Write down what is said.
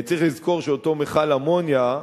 צריך לזכור שאותו מכל אמוניה,